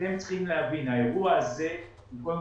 אתם צריכים להבין שהאירוע הזה הוא קודם